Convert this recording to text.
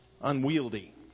unwieldy